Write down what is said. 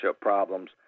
problems